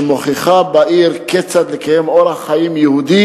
שמוכיחה בעיר כיצד לקיים אורח חיים יהודי